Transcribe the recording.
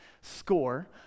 score